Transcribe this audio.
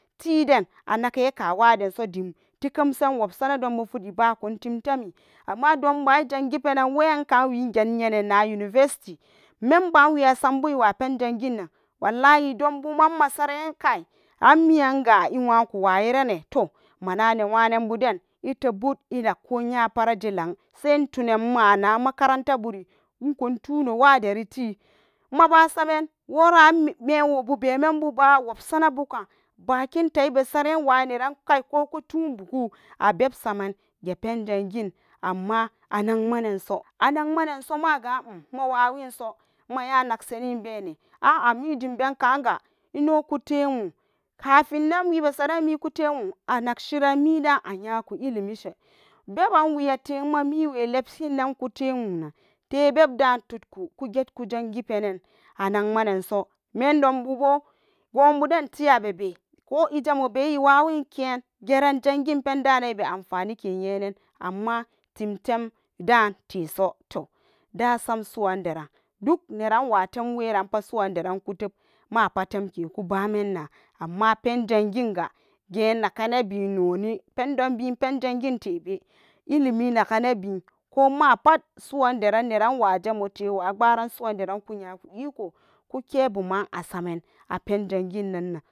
Tiden anakeka wadenso dim tikamsan wobsana donbu fidi bakon time, amma donba ijangi penan weyanka wiget yenan na university memba wia sambun iwa pen janginnan wallahi don buma masaranen kai anmiyanga iwakura n wayeranen, toh mana newanen buden itebbu inagku nyapat ejelan sai tunan maran namaka rantaburi, ikun tuno waderiti mabasamen wora amenbwobu bemenbuba wobsanabu bakinta ibesare waneran kai ko kutu buku a beb samen gepen jangin, amma anagmanenso maga uhm mawawinso maya nagsenin bene aja mijimben kaga inokute wo kafinnan wibesarennen mi kutewo anag shiren mida ayaku ilimishe beban wiyate mamiwi lebsinno kute wonan tebebda tudku get kujangi poenen anagmeneso mendonbubo goboden tiya bebe ko ijamo iwawin ke geren jangin oendanen ibe anfanike nyenan, amma timtemda teso toh dasam buwan deran duk neran temweran pat suwan deran kutub mapat temke ku bamen na, amma oen janginga genakenebi noni opendon bi oenjangin tebe ilimi nakene bi komapat suwan deran neran wajamo te wa gbaran suwan deran ka nyaku iko kuke buman asamen apen janginannan.